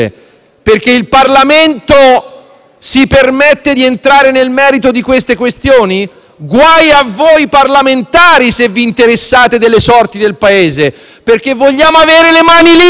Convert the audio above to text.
si permette di entrare nel merito di queste questioni? Guai a voi parlamentari se vi interessate delle sorti del Paese, perché il comitato vuole avere le mani libere! Onestà